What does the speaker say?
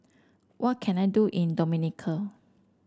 what can I do in Dominica